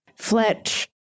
Fletch